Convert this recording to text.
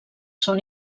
són